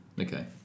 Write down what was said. Okay